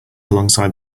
alongside